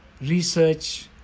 research